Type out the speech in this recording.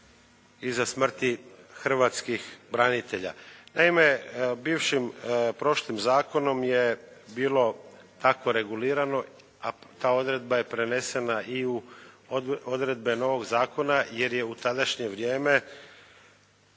iza smrti hrvatskih branitelja. Naime, bivšim, prošlim Zakonom je bilo tako regulirano, a ta odredba je prenesena i u odredbe novog Zakona jer je u tadašnje vrijeme